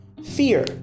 Fear